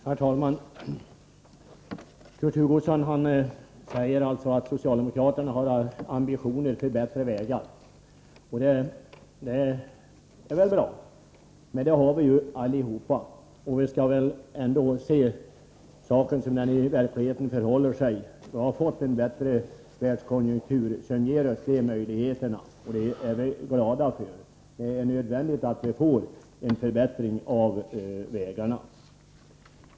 Herr talman! Kurt Hugosson säger att socialdemokraterna har ambitioner att förbättra vägar, och det är bra — men vi har alla de ambitionerna. Vi skall väl se saken som den i verkligheten förhåller sig: Vi har nu fått en bättre världskonjunktur som ger oss dessa möjligheter, och det är vi glada för. Det är nödvändigt att vi får en förbättring av vägarna.